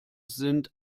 sind